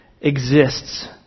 exists